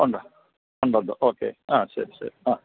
ഉണ്ട് ഉണ്ടുണ്ട് ഓക്കെ ആ ശരി ശരി ആ